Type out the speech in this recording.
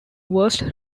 worst